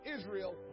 Israel